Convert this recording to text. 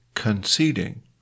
Conceding